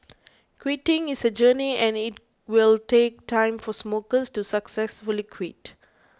quitting is a journey and it will take time for smokers to successfully quit